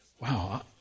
wow